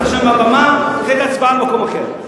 עכשיו מהבמה ונעשה את ההצבעה במועד אחר.